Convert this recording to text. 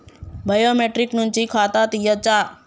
Biometric నుంచి ఖాతా తీయచ్చా?